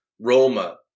Roma